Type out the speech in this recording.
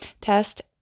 test